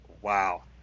Wow